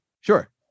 Sure